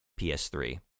PS3